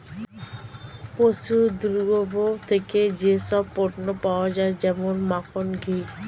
পশুর দুগ্ধ থেকে যেই সব পণ্য পাওয়া যায় যেমন মাখন, ঘি